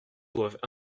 doivent